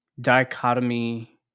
dichotomy